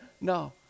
no